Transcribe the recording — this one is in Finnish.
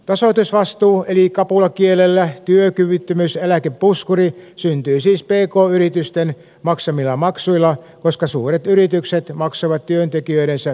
tasoitusvastuu eli kapulakielellä työkyvyttömyyseläkepuskuri syntyi siis pk yritysten maksamilla maksuilla koska suuret yritykset maksoivat työntekijöidensä työkyvyttömyyseläkkeet itse